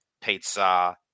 pizza